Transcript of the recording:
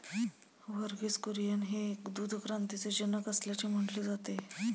वर्गीस कुरियन हे दूध क्रांतीचे जनक असल्याचे म्हटले जाते